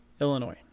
Illinois